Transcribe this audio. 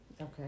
Okay